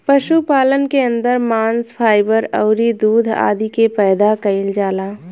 पशुपालन के अंदर मांस, फाइबर अउरी दूध आदि के पैदा कईल जाला